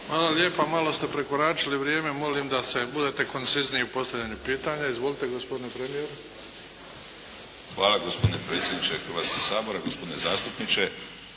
Hvala lijepa. Malo ste prekoračili vrijeme. Molim vas da budete koncizniji u postavljanju pitanja. Izvolite, gospodine premijeru. **Sanader, Ivo (HDZ)** Hvala, gospodine predsjedniče